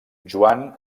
joan